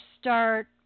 start